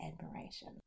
admiration